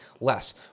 less